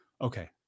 okay